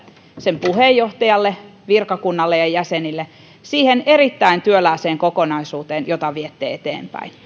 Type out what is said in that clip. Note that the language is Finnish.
sen puheenjohtajalle virkakunnalle ja jäsenille siihen erittäin työlääseen kokonaisuuteen jota viette eteenpäin